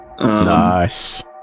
Nice